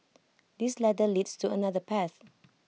this ladder leads to another path